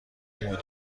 مدیر